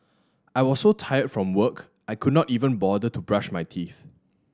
I was so tired from work I could not even bother to brush my teeth